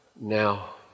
Now